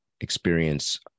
experience